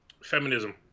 Feminism